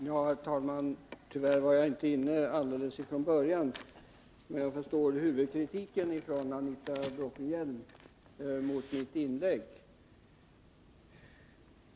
Herr talman! Tyvärr var jag inte inne alldeles ifrån början, men jag förstår huvudkritiken från Anita Bråkenhielm mot mitt inlägg.